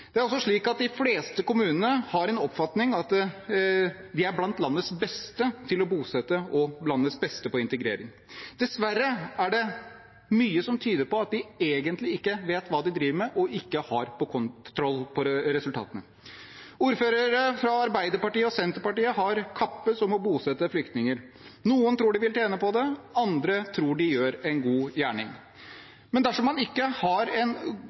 Det er også slik at de fleste kommunene har en oppfatning av at de er blant landets beste til å bosette og landets beste på integrering. Dessverre er det mye som tyder på at de egentlig ikke vet hva de driver med, og ikke har kontroll på resultatene. Ordførere fra Arbeiderpartiet og Senterpartiet har kappes om å bosette flyktninger. Noen tror de vil tjene på det. Andre tror de gjør en god gjerning. Men dersom man ikke har